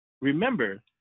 remember